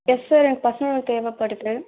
S sir எனக்கு personal loan தேவைப்படுது